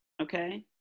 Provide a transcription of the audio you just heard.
Okay